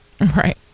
Right